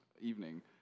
evening